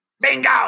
Bingo